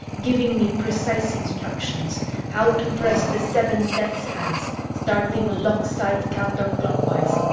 giving me precise instructions how to press the seven death's hands, starting lockside counterclockwise,